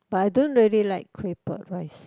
but I don't really like claypot rice